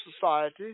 society